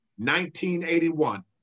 1981